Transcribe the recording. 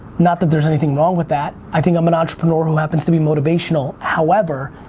not that there's anything wrong with that, i think i'm an entrepreneur who happens to be motivational. however,